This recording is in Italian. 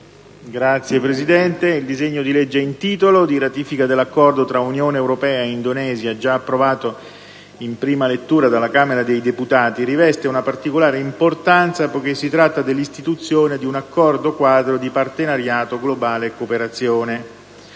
Signora Presidente, il disegno di legge in titolo, di ratifica dell'Accordo tra Unione europea e Indonesia, già approvato in prima lettura dalla Camera dei deputati, riveste una particolare importanza, poiché si tratta dell'istituzione di un Accordo quadro di partenariato globale e cooperazione.